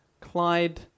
Clyde